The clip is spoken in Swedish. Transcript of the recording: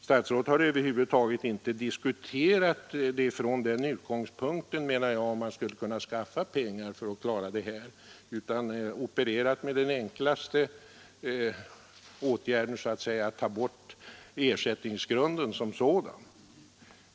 Statsrådet har över huvud taget inte från den utgångspunkten tagit upp frågan till diskussion hur man skulle kunna skaffa pengar utan har opererat med den enklaste åtgärden, nämligen att ta bort ersättningsgrunden som sådan.